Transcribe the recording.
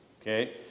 okay